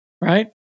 right